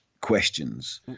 questions